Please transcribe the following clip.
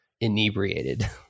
inebriated